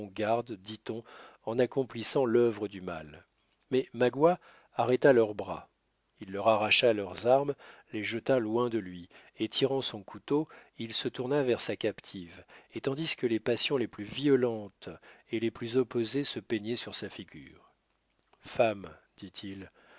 dit-on en accomplissant l'œuvre du mal mais magua arrêta leurs bras il leur arracha leurs armes les jeta loin de lui et tirant son couteau il se tourna vers sa captive et tandis que les passions les plus violences et les plus opposées se peignaient sur sa figure femme dit-il